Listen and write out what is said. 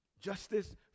justice